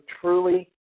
truly